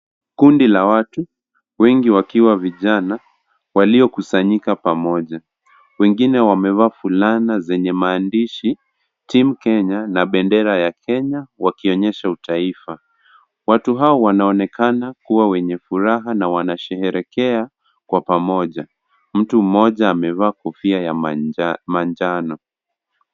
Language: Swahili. Kundi la watu, wengi wakiwa vijana waliokusanyika pamoja. Wengine wamevaa fulana zenye maandishi, team Kenya na bendera ya Kenya, wakionyesha utaifa. Watu hawa, wanaonekana kuwa wenye furaha na wanasherehekea kwa pamoja. Mtu mmoja, amevaa kofia ya manjano.